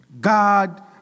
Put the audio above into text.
God